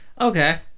Okay